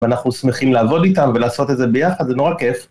ואנחנו שמחים לעבוד איתם, ולעשות את זה ביחד, זה נורא כיף.